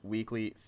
Weekly